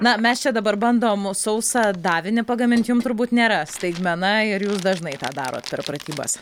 na mes čia dabar bandom sausą davinį pagamint jum turbūt nėra staigmena ir jūs dažnai tą darot per pratybas